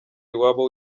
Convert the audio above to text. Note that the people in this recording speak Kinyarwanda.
iwabo